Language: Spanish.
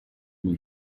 muy